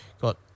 got